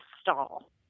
stall